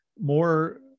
more